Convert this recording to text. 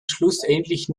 schlussendlich